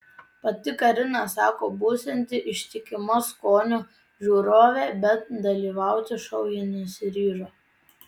pati karina sako būsianti ištikima skonio žiūrovė bet dalyvauti šou ji nesiryžo